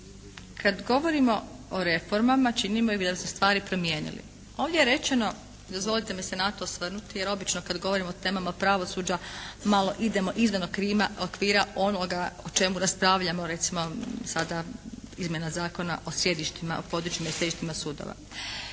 kad govorimo o reformama činimo da bi se stvari promijenili. Ovdje je rečeno, dozvolite mi se na to osvrnuti jer obično kad govorimo o temama pravosuđa malo idemo izvan okvira onoga o čemu raspravljamo, recimo sada izmjena Zakona o sjedištima, područjima i sjedištima sudova.